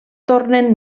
tornen